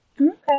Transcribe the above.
Okay